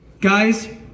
guys